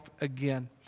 again